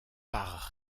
par